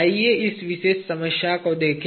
आइए इस विशेष समस्या को देखें